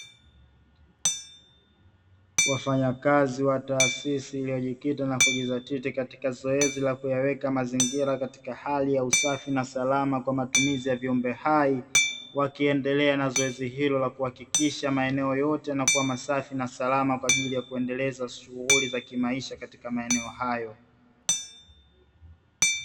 Wafanyakazi wa taasisi iliyojikita na kujidhatiti katika zoezi la kuyaweka mazingira katika hali ya usafi na salama kwa matumizi ya viumbe hai, wakiendelea na zoezi hilo la kuhakikisha maeneo yote yanakuwa masafi na salama kwa ajili ya kuendeleza shughuli za kimaisha katika maeneo hayo.